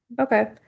Okay